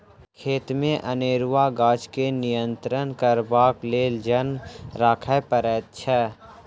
खेतमे अनेरूआ गाछ के नियंत्रण करबाक लेल जन राखय पड़ैत छै